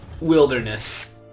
Wilderness